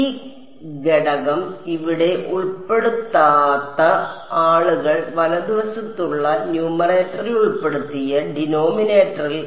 ഈ ഘടകം ഇവിടെ ഉൾപ്പെടുത്താത്ത ആളുകൾ വലതുവശത്തുള്ള ന്യൂമറേറ്ററിൽ ഉൾപ്പെടുത്തിയ ഡിനോമിനേറ്ററിൽ